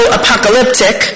apocalyptic